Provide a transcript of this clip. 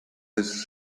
his